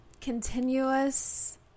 continuous